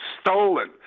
stolen